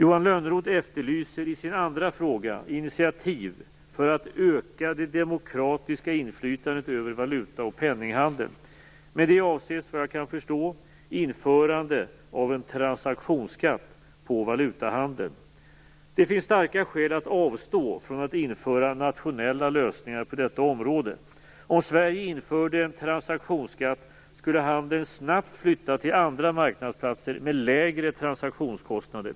Johan Lönnroth efterlyser i sin andra fråga initiativ för att "öka det demokratiska inflytandet över valuta och penninghandeln". Med det avses, efter vad jag förstår, införande av en transaktionsskatt på valutahandeln. Det finns starka skäl att avstå från att införa nationella lösningar på detta område. Om Sverige införde en transaktionsskatt skulle handeln snabbt flytta till andra marknadsplatser med lägre transaktionskostnader.